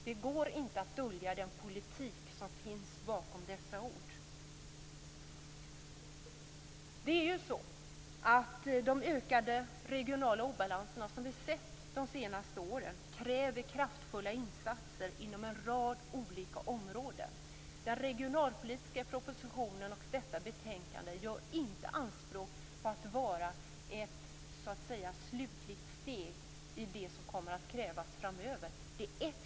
Det går inte att dölja den politik som ligger bakom dessa ord. De ökade regionala obalanserna som vi har sett de senaste åren kräver kraftfulla insatser inom en rad olika områden. Den regionalpolitiska propositionen och detta betänkande gör inte anspråk på att vara ett slutligt steg i det som kommer att krävas framöver. Det är ett steg.